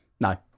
no